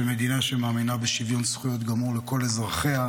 של מדינה שמאמינה בשוויון זכויות גמור לכל אזרחיה.